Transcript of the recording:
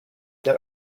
that